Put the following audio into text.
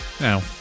Now